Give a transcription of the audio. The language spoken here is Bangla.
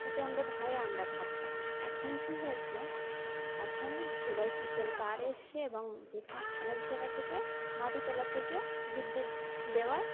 প্রচণ্ড ভয়ে আমরা থাকতাম এখন কি হয়েছে এখন কেবল সিস্টেম তার এসে এবং যেখানে অনেক জায়গা থেকে মাটি তলা থেকে বিদ্যুৎ দেওয়ার